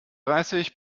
dreißig